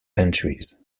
entries